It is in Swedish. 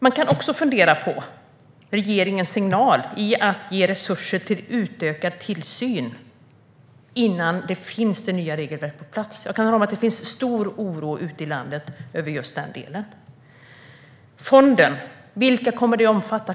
Man kan också fundera på regeringens signal i att ge resurser till utökad tillsyn innan det nya regelverket finns på plats. Jag kan hålla med om att det finns stor oro ute i landet över just den delen. Vilka kommer fonden att omfatta?